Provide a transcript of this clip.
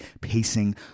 pacing